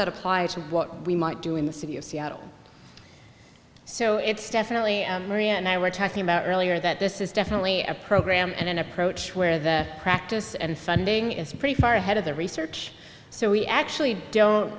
that apply to what we might do in the city of seattle so it's definitely maria and i were talking about earlier that this is definitely a program and an approach where the practice and funding is pretty far ahead of the research so we actually